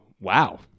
Wow